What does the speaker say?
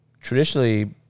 traditionally